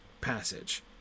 passage